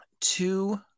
two